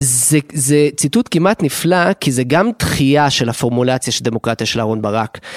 זה ציטוט כמעט נפלא, כי זה גם דחייה של הפורמולציה של דמוקרטיה של אהרן ברק.